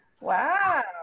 Wow